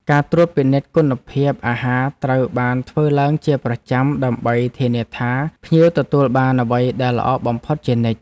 ការត្រួតពិនិត្យគុណភាពអាហារត្រូវបានធ្វើឡើងជាប្រចាំដើម្បីធានាថាភ្ញៀវទទួលបានអ្វីដែលល្អបំផុតជានិច្ច។